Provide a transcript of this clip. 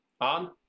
on